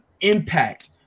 impact